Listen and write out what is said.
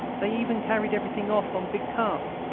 they even carried everything off on big carts,